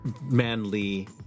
manly